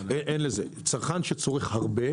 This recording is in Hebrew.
צרכן שצורך הרבה